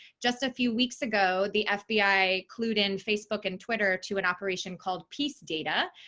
just a few weeks ago the fbi clued in facebook and twitter to an operation called peace data,